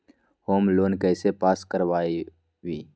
Home loan कैसे pass कर बाबई?